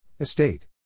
Estate